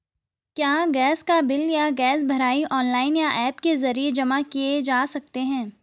क्या गैस का बिल या गैस भराई ऑनलाइन या ऐप के जरिये जमा किये जा सकते हैं?